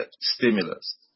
stimulus